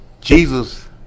Jesus